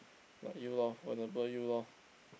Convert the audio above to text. like you lor want to burn you lor